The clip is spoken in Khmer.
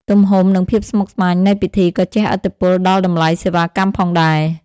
ទំហំ និងភាពស្មុគស្មាញនៃពិធី ក៏ជះឥទ្ធិពលដល់តម្លៃសេវាកម្មផងដែរ។